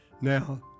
Now